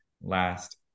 last